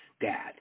dad